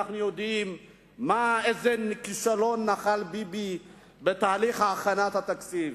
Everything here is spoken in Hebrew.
אנחנו יודעים איזה כישלון נחל ביבי בתהליך הכנת התקציב.